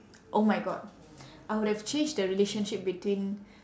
oh my god I would have changed the relationship between